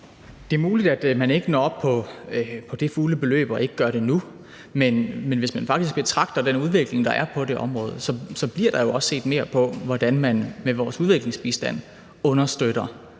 Det er muligt, at man ikke når op på det fulde beløb, og at man ikke gør det nu, men hvis vi betragter den udvikling, der faktisk er på det område, så bliver der jo også set mere på, hvordan vi med vores udviklingsbistand understøtter